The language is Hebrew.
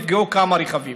נפגעו כמה רכבים.